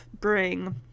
bring